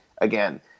again